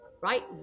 right